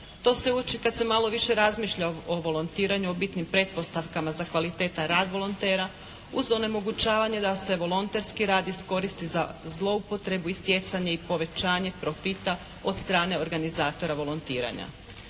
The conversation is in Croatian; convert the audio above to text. To se uči kad se malo više razmišlja o volontiranju, o bitnim pretpostavkama za kvalitetan rad volontera uz onemogućavanje da se volonterski rad iskoristi za zloupotrebu i stjecanje i povećanje profita od strane organizatora volontiranja.